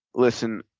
listen,